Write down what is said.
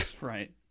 right